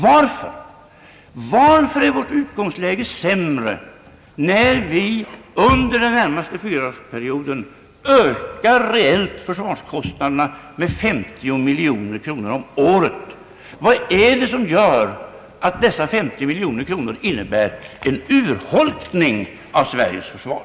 Varför är vårt utgångsläge sämre när vi under den närmaste fyraårsperioden reellt ökar försvarskostnaderna med 50 miljoner kronor om året? Vad är det som gör, att dessa 50 miljoner kronor innebär en urholkning av Sveriges försvar?